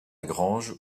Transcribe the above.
grange